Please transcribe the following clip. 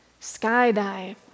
skydive